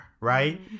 right